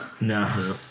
No